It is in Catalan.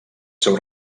seu